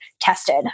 tested